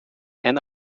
end